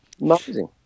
Amazing